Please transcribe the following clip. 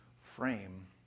frame